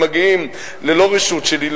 הם מגיעים ללא רשות שלי,